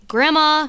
Grandma